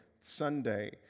Sunday